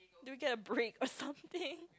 do we get a break or something